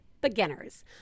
Beginners